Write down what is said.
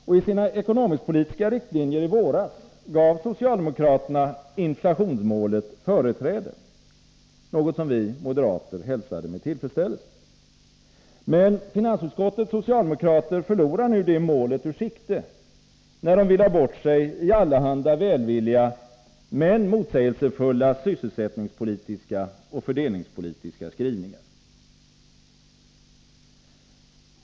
I sina ekonomisk-politiska riktlinjer i våras gav socialdemokraterna inflationsmålet företräde, något som vi moderater hälsade med tillfredsställelse. Men finansutskottets socialdemokrater förlorar nu det målet ur sikte, när de villar bort sig i allehanda välvilliga men motsägelsefulla sysselsättningspolitiska och fördelningspolitiska skrivningar.